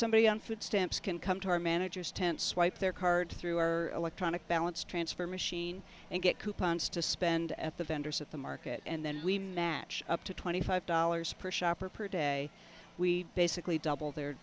mebody on food stamps can come to our managers tent swipe their card through our electronic balance transfer machine and get coupons to spend at the vendors at the market and then we match up to twenty five dollars per shopper per day we basically double